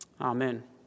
Amen